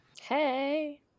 Hey